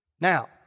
Now